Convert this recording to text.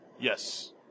Yes